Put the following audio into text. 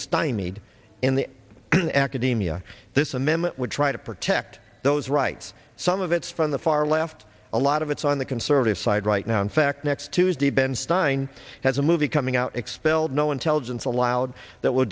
stymied in the academia this amendment would try to protect those rights some of it's from the far left a lot of it's on the conservative side right now in fact next tuesday ben stein has a movie coming out expelled no intelligence allowed that w